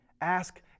Ask